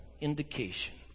indication